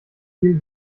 viel